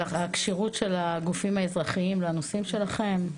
על הכשירות של הגופים האזרחיים לנושאים שלכם?